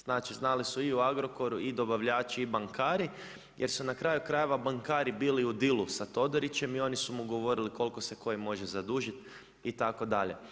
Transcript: Znači, znali su i u Agrokoru i dobavljači i bankari, jer su na kraju krajeva bankari bili u dealu sa Todorićem i oni su mu govorili koliko se koji može zadužiti itd.